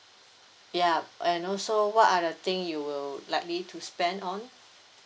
ya and also what are the thing you will likely to spend on